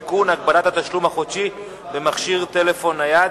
(תיקון, הגבלת התשלום החודשי במכשיר טלפון נייד),